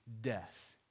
death